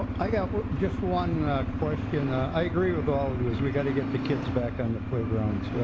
i got just one question. i agree with all of you as we gotta get the kids back on the playgrounds.